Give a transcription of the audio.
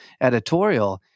editorial